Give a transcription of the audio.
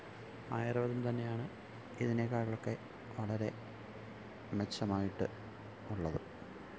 ആയുര്വേദം തന്നെയാണ് ഇതിനേക്കാട്ടിലൊക്കെ വളരെ മെച്ചമായിട്ട് ഉള്ളത്